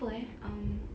apa eh um